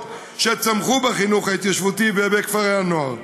שצמחו בחינוך ההתיישבותי ובכפרי הנוער,